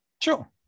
Sure